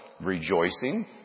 Rejoicing